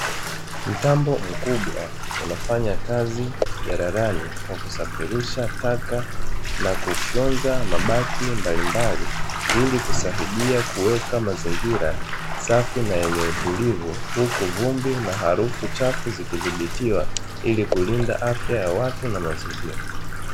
Mtambo mkubwa unafanya kazi jalalani kwa kusafirisha taka na kufyonza mabaki mbalimbali ili kusaidia kuweka mazingira safi na yenye utulivu, huku vumbi na harufu chafu zikithibitiwa ili kulinda afya ya watu na mazingira.